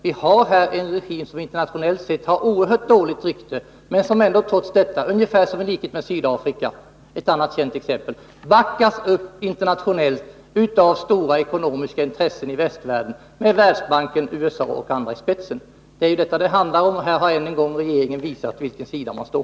Vi har en regim som internationellt sett har oerhört dåligt rykte men som trots detta, i likhet med Sydafrika — ett annat känt exempel — backats upp internationellt av stora ekonomiska intressen i västvärlden, med Världsbanken, USA och andra i spetsen. Här har nu regeringen än en gång visat på vilken sida den står.